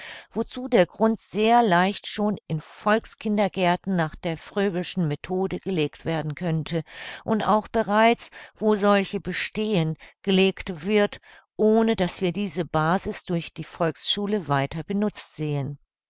wozu der grund sehr leicht schon in volkskindergärten nach der fröbel'schen methode gelegt werden könnte und auch bereits wo solche bestehen gelegt wird ohne daß wir diese basis durch die volksschule weiter benutzt sehen